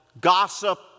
gossip